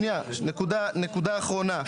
שניה נקודה אחרונה.